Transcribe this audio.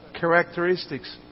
characteristics